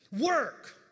work